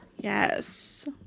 Yes